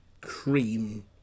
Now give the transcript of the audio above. cream